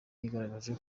yigaragaje